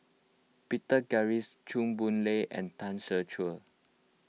Peter Gilchrist Chua Boon Lay and Tan Ser Cher